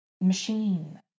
machine